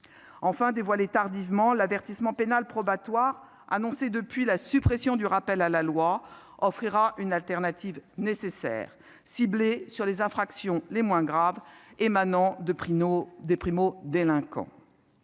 Enfin, dévoilé tardivement, l'avertissement pénal probatoire, annoncé après la suppression du rappel à la loi, offrira une alternative nécessaire aux poursuites, ciblée sur les infractions les moins graves émanant de primodélinquants.